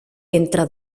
entre